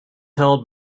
held